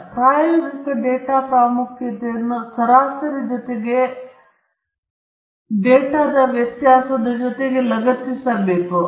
ಆದ್ದರಿಂದ ಪ್ರಾಯೋಗಿಕ ಡೇಟಾ ಪ್ರಾಮುಖ್ಯತೆಯನ್ನು ಸರಾಸರಿ ಜೊತೆಗೆ ಡೇಟಾದಲ್ಲಿ ವ್ಯತ್ಯಾಸದ ಜೊತೆಗೆ ಲಗತ್ತಿಸಬೇಕು